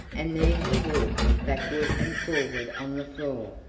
and there he walked backward and forward on the floor,